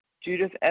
Judith